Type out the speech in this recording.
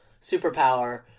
superpower